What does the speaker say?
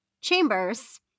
Chambers